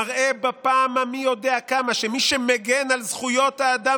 זה מראה בפעם המי-יודע-כמה שמי שמגן על זכויות האדם